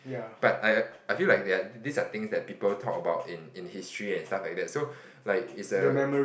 but I I I feel like there are this are things that people talk about in in history and stuff like that so like is a